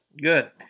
good